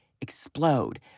explode